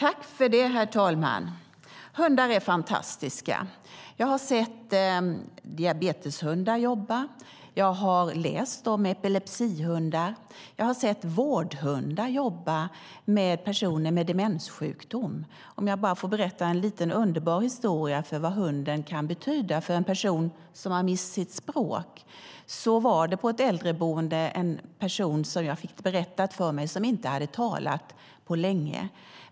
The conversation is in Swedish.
Herr talman! Hundar är fantastiska. Jag har sett diabeteshundar jobba. Jag har läst om epilepsihundar. Jag har sett vårdhundar jobba med personer med demenssjukdom. Jag vill bara berätta en liten underbar historia om vad hunden kan betyda för en person som har mist sitt språk. Det var på ett äldreboende en person - jag fick detta berättat för mig - som inte hade talat på länge.